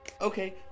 Okay